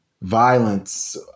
violence